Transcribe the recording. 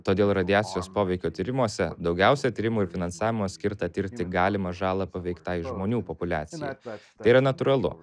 todėl radiacijos poveikio tyrimuose daugiausiai tyrimų finansavimą skirtą tirti galimą žalą paveiktai žmonių populiacijai tai yra natūralu